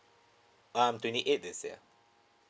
um twenty eight this year